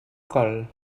col